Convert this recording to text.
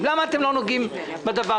הוא לא אמר את זה.